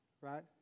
right